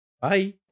Bye